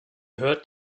hört